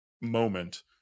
moment